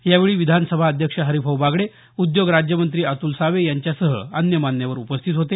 यावेळी विधानसभा अध्यक्ष हरिभाऊ बागडे उद्योग राज्यमंत्री अतुल सावे यांच्यासह अन्य मान्यवर उपस्थित होते